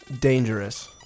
dangerous